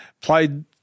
Played